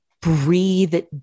breathe